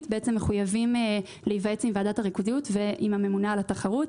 מחויבים להיוועץ עם ועדת הריכוזיות ועם הממונה על התחרות.